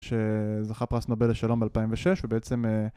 שזכר פרס נובל לשלום ב-2006, הוא בעצם...